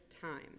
time